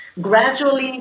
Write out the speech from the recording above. gradually